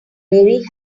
mary